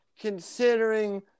considering